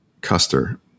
Custer